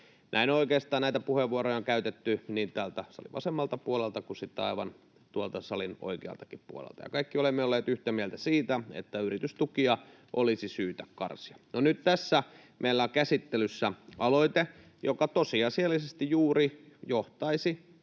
näitä puheenvuoroja on käytetty niin täältä salin vasemmalta puolelta kuin sitten aivan tuolta salin oikealtakin puolelta, ja kaikki olemme olleet yhtä mieltä siitä, että yritystukia olisi syytä karsia. No, nyt tässä meillä on käsittelyssä aloite, joka tosiasiallisesti juuri johtaisi